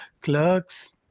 clerks